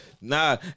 Nah